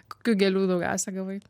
kokių gėlių daugiausia gavai